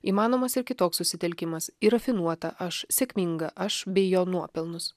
įmanomas ir kitoks susitelkimas į rafinuotą aš sėkmingą aš bei jo nuopelnus